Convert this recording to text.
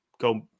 go